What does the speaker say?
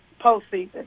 postseason